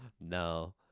No